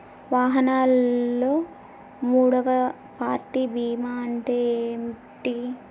వాహనాల్లో మూడవ పార్టీ బీమా అంటే ఏంటి?